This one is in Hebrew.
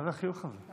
מה זה החיוך הזה?